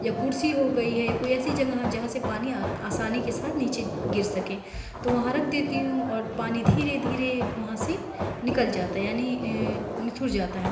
یا کرسی ہو گئی ہے یا کوئی ایسی جگہ جہاں سے پانی آسانی کے ساتھ نیچے گر سکے تو وہاں رکھ دیتی ہوں اور پانی دھیرے دھیرے وہاں سے نکل جاتا ہے یعنی نتھر جاتا ہے